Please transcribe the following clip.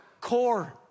core